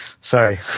Sorry